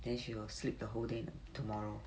then she will sleep the whole day tomorrow